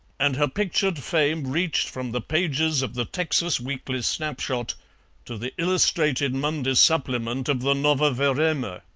and her pictured fame reached from the pages of the texas weekly snapshot to the illustrated monday supplement of the novoe vremya.